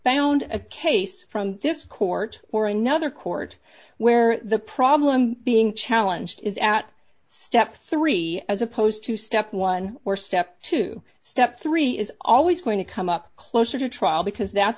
found a case from this court or another court where the problem being challenged is at step three as opposed to step one where step two step three is always going to come up closer to trial because that's